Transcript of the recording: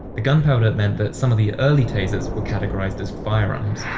the gunpowder meant that some of the early tasers were categorized as firearms